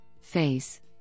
face